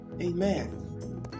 amen